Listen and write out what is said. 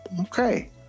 Okay